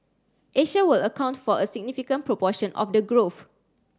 Asia will account for a significant proportion of the growth